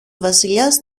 βασιλιάς